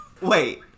Wait